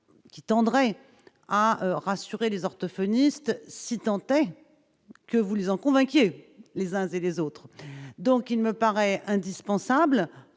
qui tendrait à rassurer les orthophonistes, si tant est que vous lisant convainquez les uns et les autres, donc il me paraît indispensable